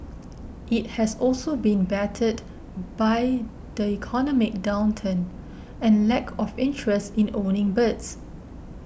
it has also been battered by the economic downturn and lack of interest in owning birds